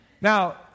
Now